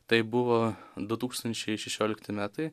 tai buvo du tūkstančiai šešiolikti metai